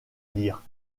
lire